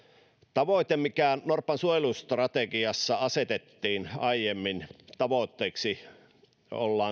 tavoite mikä norpansuojelustrategiassa asetettiin aiemmin tavoitteeksi ollaan